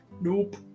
Nope